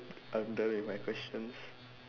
I'm done with my questions